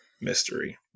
mystery